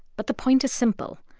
but the point is simple.